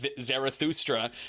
Zarathustra